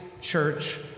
Church